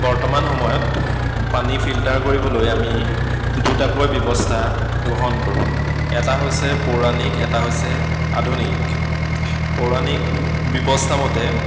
বৰ্তমান সময়ত পানী ফিল্টাৰ কৰিবলৈ আমি দুটাকৈ ব্যৱস্থা গ্ৰহণ কৰোঁ এটা হৈছে পৌৰাণিক এটা হৈছে আধুনিক পৌৰাণিক ব্যৱস্থা মতে